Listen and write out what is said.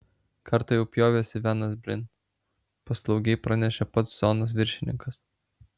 kartą jau pjovėsi venas blin paslaugiai pranešė pats zonos viršininkas